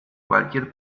cualquier